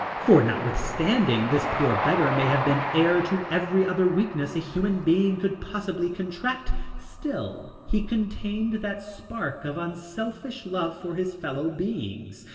for notwithstanding this poor beggar may have been heir to every other weakness a human being could possibly contract, still he contained that spark of unselfish love for his fellow beings,